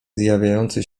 zjawiający